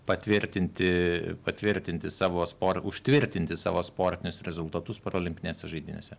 patvirtinti patvirtinti savo spor užtvirtinti savo sportinius rezultatus parolimpinėse žaidynėse